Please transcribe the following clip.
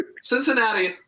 Cincinnati